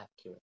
accurate